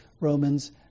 Romans